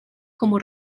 como